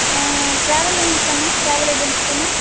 travel இன் தானே travel agency தானே